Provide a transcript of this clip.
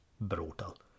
brutal